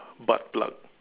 butt plug